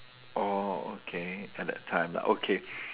oh okay at that time lah okay